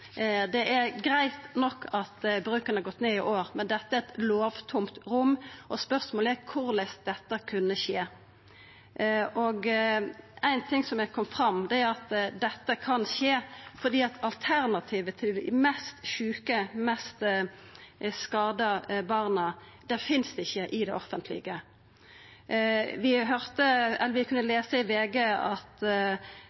Det er greitt nok at bruken har gått ned i år, men dette er eit lovtomt rom, og spørsmålet er korleis dette kunne skje. Ein ting som har kome fram, er at dette kan skje fordi alternativet til dei mest sjuke og mest skadde barna ikkje finst i det offentlege. I VG kunne vi